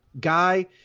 guy